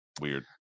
weird